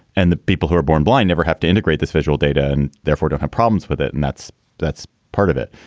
and the people who are born blind never have to integrate this visual data and therefore, to have problems with it. and that's that's part of it.